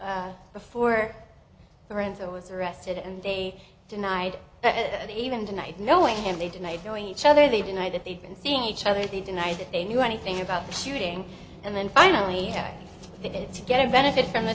them before their answer was arrested and they denied that even tonight knowing him they denied knowing each other they deny that they've been seeing each other they deny that they knew anything about the shooting and then finally begin to get a benefit from the